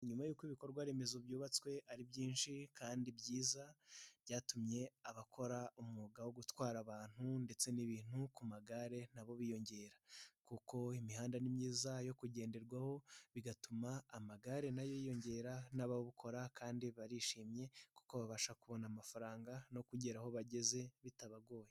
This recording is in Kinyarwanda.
Nyuma y'uko ibikorwa remezo byubatswe ari byinshi kandi byiza byatumye abakora umwuga wo gutwara abantu ndetse n'ibintu ku magare na bo biyongera, kuko imihanda ni myiza yo kugenderwaho bigatuma amagare na yo yiyongera n'abawukora kandi barishimye kuko babasha kubona amafaranga no kugera aho bageze bitabagoye.